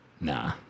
Nah